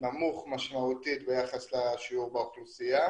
נמוך משמעותית ביחס לשיעור באוכלוסייה.